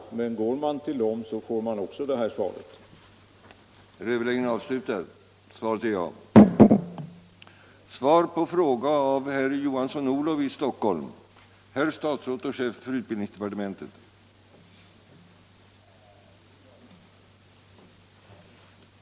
Om man vänder sig till studiemedelsnämnderna får man dock samma svar som det jag har lämnat.